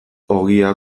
ogia